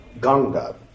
Ganga